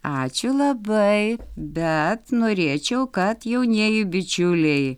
ačiū labai bet norėčiau kad jaunieji bičiuliai